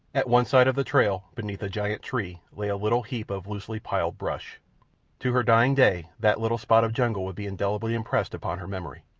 at one side of the trail, beneath a giant tree, lay a little heap of loosely piled brush to her dying day that little spot of jungle would be indelibly impressed upon her memory.